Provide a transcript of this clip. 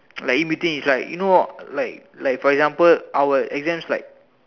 like in between it's like you know like like for example our exams like